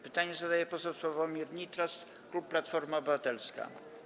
Pytanie zadaje poseł Sławomir Nitras, klub Platforma Obywatelska.